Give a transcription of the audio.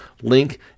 link